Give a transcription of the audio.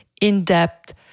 in-depth